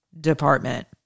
Department